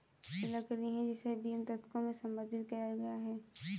लकड़ी है जिसे बीम, तख्तों में संसाधित किया गया है